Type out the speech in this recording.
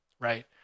right